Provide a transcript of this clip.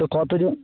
তো কতজন